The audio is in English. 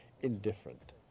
indifferent